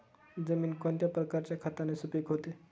जमीन कोणत्या प्रकारच्या खताने सुपिक होते?